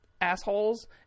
assholes